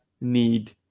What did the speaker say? need